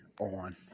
on